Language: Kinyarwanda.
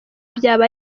byaba